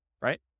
right